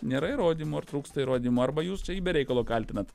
nėra įrodymų ar trūksta įrodymų arba jūs be reikalo kaltinat